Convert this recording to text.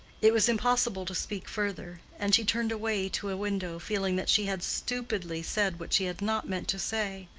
it was impossible to speak further and she turned away to a window, feeling that she had stupidly said what she had not meant to say,